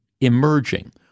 emerging